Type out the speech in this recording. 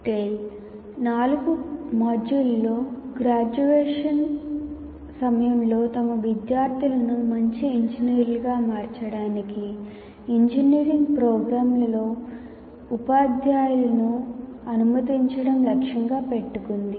TALE నాలుగు మాడ్యూళ్ళతో graduation సమయంలో తమ విద్యార్థులను మంచి ఇంజనీర్లుగా మార్చడానికి ఇంజనీరింగ్ ప్రోగ్రామ్లలో ఉపాధ్యాయులను అనుమతించడం లక్ష్యంగా పెట్టుకుంది